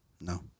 no